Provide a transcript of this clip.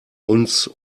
uns